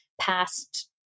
past